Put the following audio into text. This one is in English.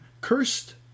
Cursed